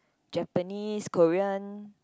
Japanese Korean